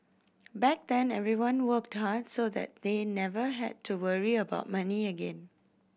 back then everyone worked hard so that they never had to ever worry about money again